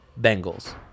Bengals